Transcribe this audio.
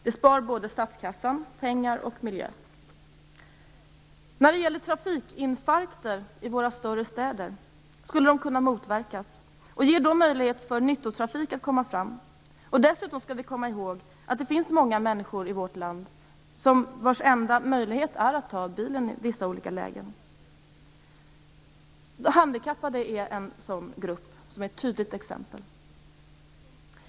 Det skulle spara både pengar åt statskassan och miljön. Trafikinfarkter i våra större städer skulle kunna motverkas och nyttotrafik skulle få möjlighet att komma fram. Dessutom skall vi komma ihåg att det finns många människor i vårt land för vilka den enda möjligheten är att ta bilen i vissa lägen. De handikappade är ett exempel på en sådan grupp.